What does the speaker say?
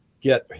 get